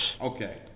Okay